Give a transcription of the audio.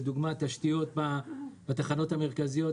לדוגמה תשתיות בתחנות המרכזיות,